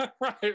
Right